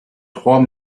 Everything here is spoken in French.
trois